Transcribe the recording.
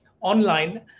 online